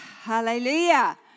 Hallelujah